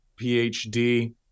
PhD